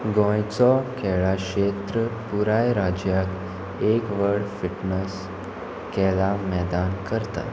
गोंयचो खेळा क्षेत्र पुराय राज्याक एक व्हड फिट्नस खेळा मैदान करता